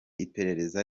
iperereza